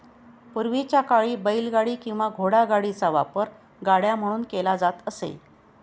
पूर्वीच्या काळी बैलगाडी किंवा घोडागाडीचा वापर गाड्या म्हणून केला जात असे